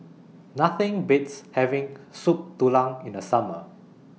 Nothing Beats having Soup Tulang in The Summer